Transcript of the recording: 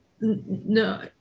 No